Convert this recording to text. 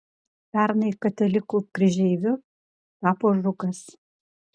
pernai katalikų kryžeiviu tapo žukas